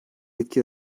etki